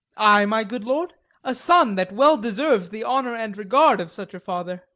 ay, my good lord a son that well deserves the honour and regard of such a father.